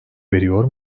veriyor